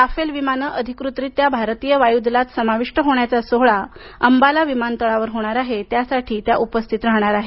Rafale विमाने अधिकृत रित्या भारतीय वायूदलात समाविष्ट होण्याचा सोहळा अंबाला विमानतळावर होणार आहे त्यासाठी त्या उपस्थित राहणार आहेत